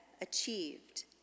achieved